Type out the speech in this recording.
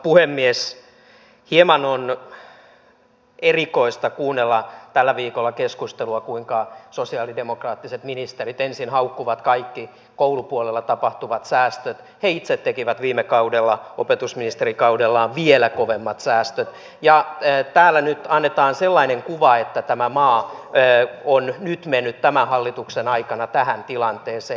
hieman on erikoista kuunnella tällä viikolla keskustelua kuinka sosialidemokraattiset ministerit ensin haukkuvat kaikki koulupuolella tapahtuvat säästöt he itse tekivät viime kaudella opetusministerikaudellaan vielä kovemmat säästöt ja täällä nyt annetaan sellainen kuva että tämä maa on nyt mennyt tämän hallituksen aikana tähän tilanteeseen